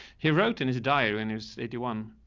he wrote in his diary when he was eighty one